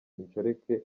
inshoreke